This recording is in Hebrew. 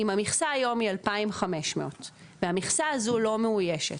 אם המכסה היום היא 2,500 והמכסה הזו לא מאוישת,